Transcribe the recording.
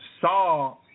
saw